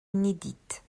inédite